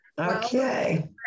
okay